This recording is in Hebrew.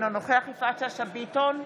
אינו נוכח יפעת שאשא ביטון,